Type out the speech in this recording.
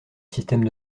système